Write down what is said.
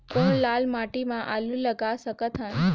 कौन लाल माटी म आलू लगा सकत हन?